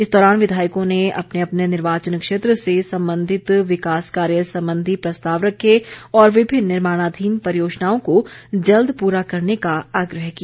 इस दौरान विधायकों ने अपने अपने निर्वाचन क्षेत्र से संबंधित विकास कार्य संबंधी प्रस्ताव रखे और विभिन्न निर्माणाधीन परियोजनाओं को जल्द पूरा करने का आग्रह किया